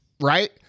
Right